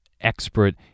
expert